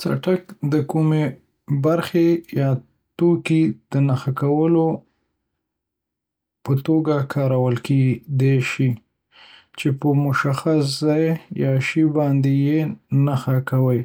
څټک د کومې برخې یا توکي د نښې په توګه کارول کېدی شي، چې په مشخص ځای یا شی باندې یې نښه کوي.